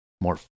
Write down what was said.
more